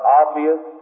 obvious